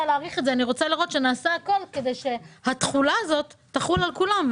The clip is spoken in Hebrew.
להאריך את זה אני רוצה לראות שנעשה הכול כדי שהתחולה הזאת תחול על כולם.